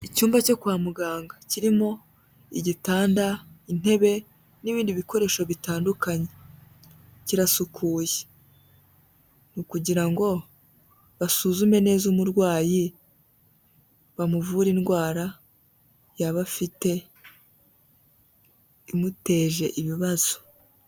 Icyumba cyo kwa muganga kirimo igitanda, intebe n'ibindi bikoresho bitandukanye, kirasukuye, ni ukugira ngo basuzume neza umurwayi bamuvure indwara yaba afite imuteje ibibazo.